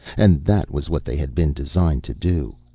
and that was what they had been designed to do.